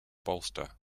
bolster